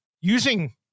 using